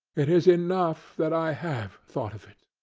it is enough that i have thought of it,